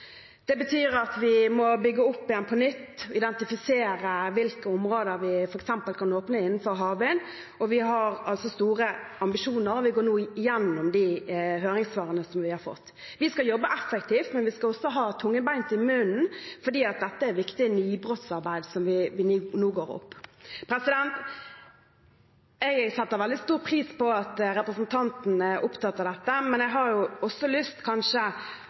Det betyr at vi må bygge det opp igjen på nytt og identifisere hvilke områder vi f.eks. kan åpne for havvind. Vi har altså store ambisjoner, og vi går nå igjennom de høringssvarene som vi har fått. Vi skal jobbe effektivt, men vi skal også holde tungen rett i munnen, for dette er et viktig nybrottsarbeid som vi nå går opp. Jeg setter veldig stor pris på at representanten er opptatt av dette, men jeg har lyst til å be om at disse spørsmålene også